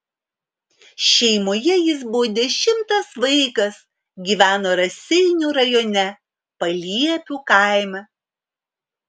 šeimoje jis buvo dešimtas vaikas gyveno raseinių rajone paliepių kaime